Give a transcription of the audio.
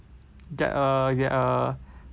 get a get a